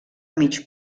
mig